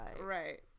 Right